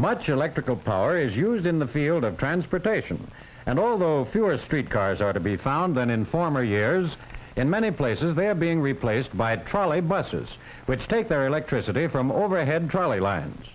much electrical power is used in the field of transportation and although fewer streetcars are to be found than in former years and many places they are being replaced by a trolley buses which take their electricity from overhead dryly lines